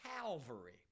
Calvary